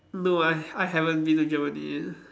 no I I haven't been to Germany